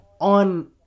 on